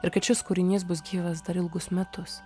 ir kad šis kūrinys bus gyvas dar ilgus metus